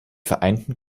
vereinten